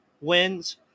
wins